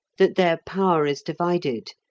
that their power is divided,